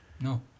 No